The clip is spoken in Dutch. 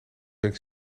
ben